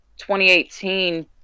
2018